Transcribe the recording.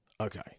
okay